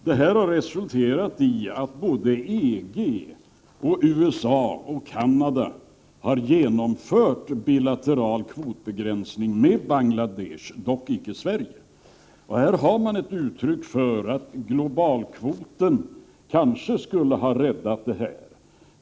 Detta har resulterat i att både EG, USA och Canada har genomfört en bilateral kvotbegränsning med Bangladesh — dock icke Sverige. Här har man ett uttryck för att globalkvoten kanske skulle ha inneburit en räddning.